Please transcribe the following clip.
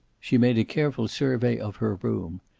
she made a careful survey of her room,